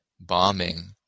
bombing